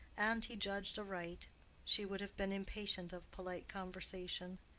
and he judged aright she would have been impatient of polite conversation.